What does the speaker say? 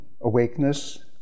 Awakeness